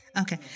Okay